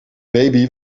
baby